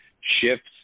shifts